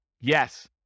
Yes